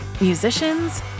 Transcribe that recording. Musicians